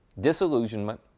disillusionment